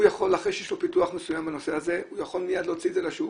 אחרי שיש לו פיתוח מסוים בנושא הזה הוא יכול מיד להוציא את זה לשוק,